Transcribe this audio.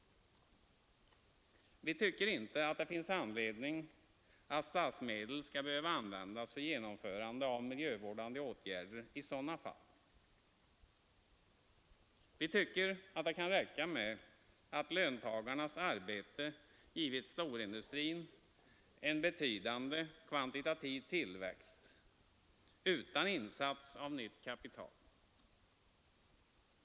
Vi anser inte att det finns anledning att använda statsmedel för genomförande av miljövårdande åtgärder i sådana fall. Vi tycker att det kan räcka med att löntagarnas arbete givit storindustrin en betydande kvantitativ tillväxt utan insats av nytt kapital.